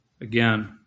again